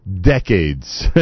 decades